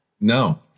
No